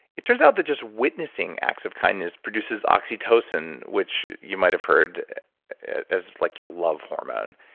it turns out that just witnessing acts of kindness produces oxytocin, which you might have heard as like your love hormone.